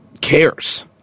cares